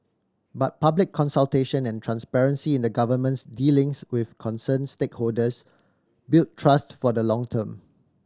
but public consultation and transparency in the Government's dealings with concerned stakeholders build trust for the long term